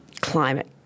climate